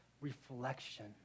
reflection